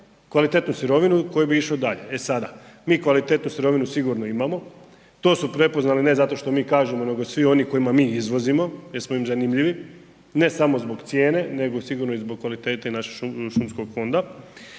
kvalitetnu sirovinu s kojom bi išao dalje. E sada, mi kvalitetnu sirovinu sigurno imamo, to su prepoznali ne zato što mi kažemo nego i svi oni kojima mi izvozimo jer smo im zanimljivi, ne samo zbog cijene nego sigurno i zbog kvalitete i našeg šumskog fonda.